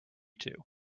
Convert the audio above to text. two